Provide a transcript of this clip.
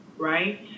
Right